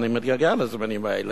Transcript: אני מתגעגע לזמנים האלה.